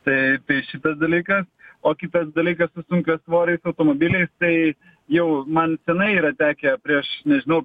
taip tai šitas dalykas o kitas dalykas su sunkiasvoriais automobiliais tai jau man senai yra tekę prieš nežinau